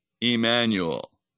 Emmanuel